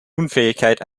unfähigkeit